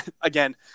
again